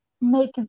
make